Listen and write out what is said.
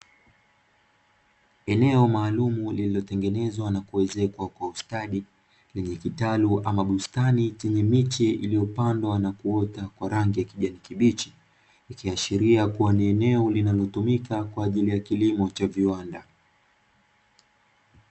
Eneo maalumu lililotengenezwa na kuezekwa kwa ustadi lenye kitalu ama bustani chenye miche iliyopandwa na kuota kwa rangi ya kijani kibichi ikiashiria kuwa ni eneo linalotumika kwa ajili ya kilimo cha viwanda.